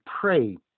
pray